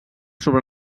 sobre